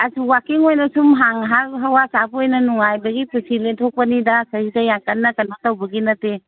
ꯑꯁ ꯋꯥꯀꯤꯡ ꯑꯣꯏꯅ ꯁꯨꯝ ꯉꯍꯥꯛ ꯉꯍꯥꯛ ꯍꯋꯥ ꯆꯥꯕ ꯑꯣꯏꯅ ꯅꯨꯡꯉꯥꯏꯕꯒꯤ ꯄꯨꯟꯁꯤ ꯂꯦꯟꯊꯣꯛꯄꯅꯤꯗ ꯁꯤꯗꯩꯁꯤꯗ ꯌꯥꯝꯀꯟꯅ ꯀꯩꯅꯣ ꯇꯧꯕꯒꯤ ꯅꯠꯇꯦ